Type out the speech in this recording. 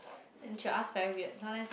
and she will ask very weird sometimes